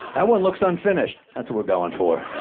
that one looks unfinished. that's what we're going for,